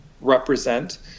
represent